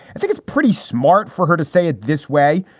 i think it's pretty smart for her to say it this way.